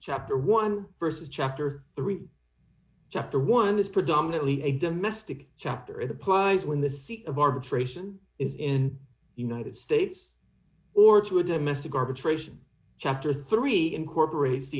chapter one verses chapter three chapter one is predominantly a domestic chapter it applies when the seat of arbitration is in united states or to a domestic arbitration chapter three incorporates the